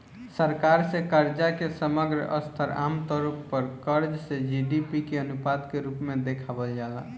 सरकार से कर्जा के समग्र स्तर आमतौर पर कर्ज से जी.डी.पी के अनुपात के रूप में देखावल जाला